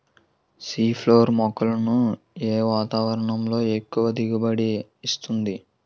C four మొక్కలను ఏ వాతావరణంలో ఎక్కువ దిగుబడి ఇస్తుంది?